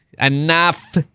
enough